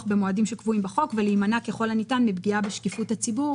במועדים שקבועים בחוק ולהימנע ככל הניתן מפגיעה בשקיפות הציבור